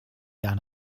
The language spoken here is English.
down